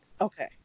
okay